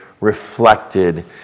reflected